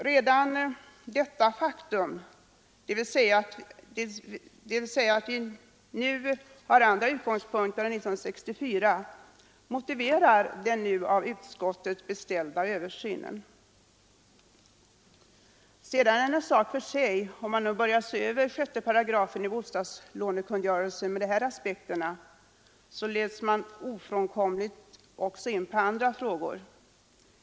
Redan detta faktum — dvs. att vi nu har andra utgångspunkter än vi hade 1964 — motiverar den av utskottet beställda översynen. Sedan är det en sak för sig att om man börjar se över 6 8 i bostadslånekungörelsen enligt dessa aspekter, leds man ofrånkomligt också in på andra frågor.